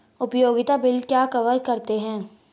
उपयोगिता बिल क्या कवर करते हैं?